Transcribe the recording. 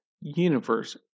universe